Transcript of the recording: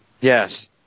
Yes